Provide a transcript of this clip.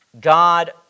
God